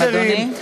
אדוני.